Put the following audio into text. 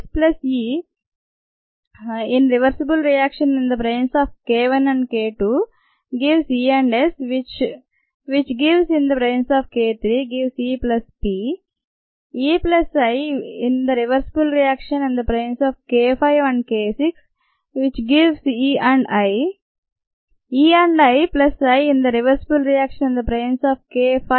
పథకం ఇలా ఉంది